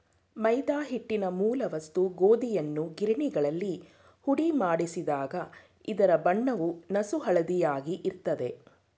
ಮೈದಾ ಹಿಟ್ಟಿನ ಮೂಲ ವಸ್ತು ಗೋಧಿಯನ್ನು ಗಿರಣಿಗಳಲ್ಲಿ ಹುಡಿಮಾಡಿಸಿದಾಗ ಇದರ ಬಣ್ಣವು ನಸುಹಳದಿಯಾಗಿ ಇರ್ತದೆ